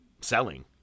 selling